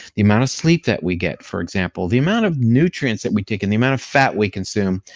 the amount of sleep that we get, for example, the amount of nutrients that we take in, the amount of fat we consume,